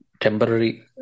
temporary